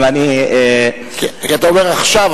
כי אתה אומר "עכשיו",